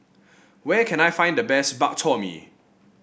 where can I find the best Bak Chor Mee